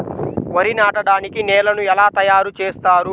వరి నాటడానికి నేలను ఎలా తయారు చేస్తారు?